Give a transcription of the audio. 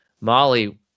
Molly